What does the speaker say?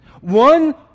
one